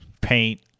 paint